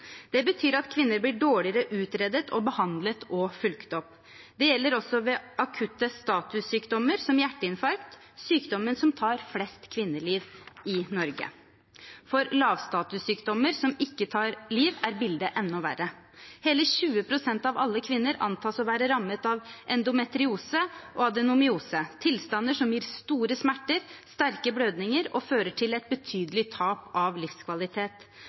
Det betyr at kvinner blir dårligere utredet, behandlet og fulgt opp. Det gjelder også ved akutte statussykdommer som hjerteinfarkt, sykdommen som tar flest kvinneliv i Norge. For lavstatussykdommer som ikke tar liv, er bildet enda verre. Hele 20 pst. av alle kvinner antas å være rammet av endometriose og adenomyose, tilstander som gir store smerter, sterke blødninger og fører til et betydelig tap av livskvalitet.